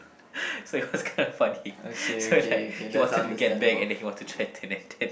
so it was kind of funny so is like he wanted to get back and wanted to threaten and then